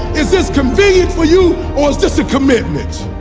is this convenient for you or is just a commitment?